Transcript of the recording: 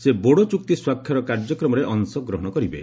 ସେ ବୋଡ଼ୋ ଚୁକ୍ତି ସ୍ପାକ୍ଷର କାର୍ଯ୍ୟକ୍ରମରେ ଅଂଶଗ୍ରହଣ କରିବେ